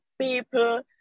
people